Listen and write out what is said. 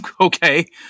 Okay